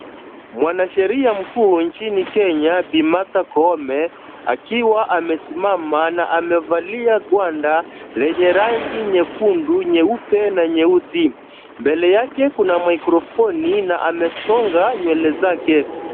Mwanasheria mkuu nchini Kenya Bi Martha Koome akiwa amesimama na amevalia gwanda lenye rangi nyekundu, nyeupe na nyeusi. Mbele yake kuna microphoni na amesonga nywele zake.